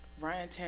Ryan